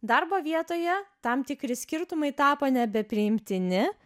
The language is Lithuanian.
darbo vietoje tam tikri skirtumai tapo nebepriimtini